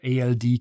ALD